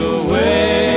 away